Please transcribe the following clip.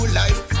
life